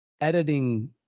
editing